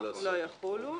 לא יחולו".